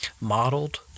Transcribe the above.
modeled